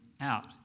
out